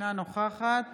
אינה נוכחת